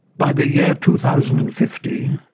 by the year two thousand and fifty,